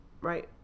Right